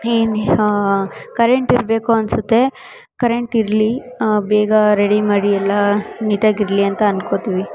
ಏನು ಕರೆಂಟಿರಬೇಕು ಅನ್ನಿಸುತ್ತೆ ಕರೆಂಟ್ ಇರಲಿ ಬೇಗ ರೆಡಿ ಮಾಡಿ ಎಲ್ಲ ನೀಟಾಗಿ ಇರಲಿ ಅಂತ ಅನ್ಕೋತೀವಿ